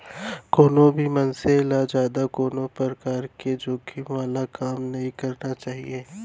कोनो भी मनसे ल जादा कोनो परकार के जोखिम वाला काम नइ करना चाही